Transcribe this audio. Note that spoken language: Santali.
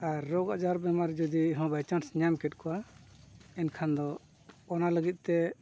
ᱟᱨ ᱨᱳᱜ ᱟᱡᱟᱨ ᱵᱮᱢᱟᱨ ᱡᱩᱫᱤ ᱦᱚᱸ ᱵᱟᱭ ᱪᱟᱱᱥ ᱧᱟᱢ ᱠᱮᱫ ᱠᱚᱣᱟ ᱮᱱᱠᱷᱟᱱ ᱫᱚ ᱚᱱᱟ ᱞᱟᱹᱜᱤᱫᱼᱛᱮ